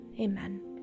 Amen